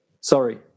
sorry